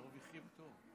מרוויחים טוב.